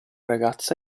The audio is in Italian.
ragazza